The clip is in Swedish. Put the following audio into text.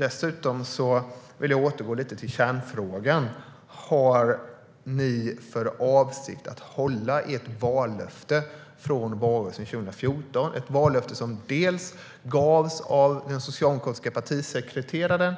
Jag vill återgå till kärnfrågan: Har ni för avsikt att hålla ert vallöfte från valrörelsen 2014? Det var ett vallöfte som gavs dels av den socialdemokratiska partisekreteraren,